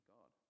God